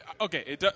Okay